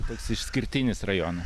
toks išskirtinis rajonas